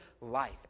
life